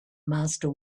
master